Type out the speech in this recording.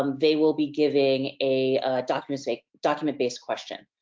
um they will be giving a document a document based question.